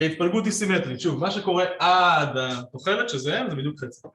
ההתפלגות היא סימטרית, שוב מה שקורה עד התוחלת שזה הם זה בדיוק חצי